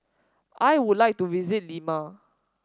I would like to visit Lima